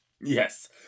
yes